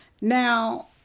Now